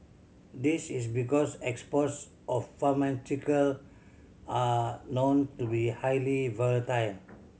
this is because exports of pharmaceutical are known to be highly volatile